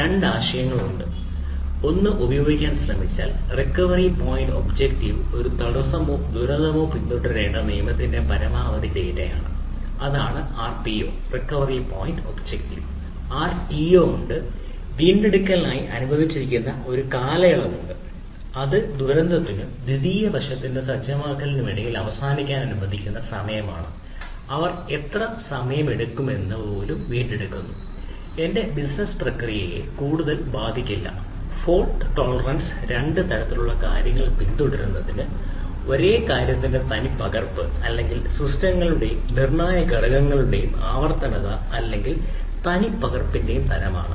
2 ആശയങ്ങൾ ഉണ്ട് ഒന്ന് ഉപയോഗിക്കാൻ നിങ്ങൾ ശ്രമിച്ചാൽ റിക്കവറി പോയിന്റ് ഒബ്ജക്റ്റീവ് 2 തരത്തിലുള്ള കാര്യങ്ങൾ പിന്തുടരുന്നത് ഒരേ കാര്യത്തിന്റെ തനിപ്പകർപ്പ് അല്ലെങ്കിൽ സിസ്റ്റങ്ങളുടെയും നിർണായക ഘടകങ്ങളുടെയും ആവർത്തന അല്ലെങ്കിൽ തനിപ്പകർപ്പിന്റെയും തരമാണ്